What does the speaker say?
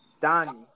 Donnie